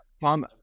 Tom